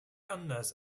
anders